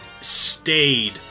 stayed